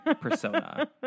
persona